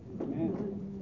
Amen